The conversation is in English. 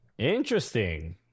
Interesting